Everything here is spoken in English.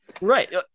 right